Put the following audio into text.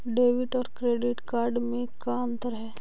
Debit और credit card में का अंतर है?